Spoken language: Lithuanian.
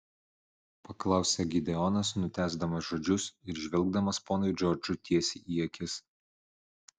paklausė gideonas nutęsdamas žodžius ir žvelgdamas ponui džordžui tiesiai į akis